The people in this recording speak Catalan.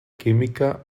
química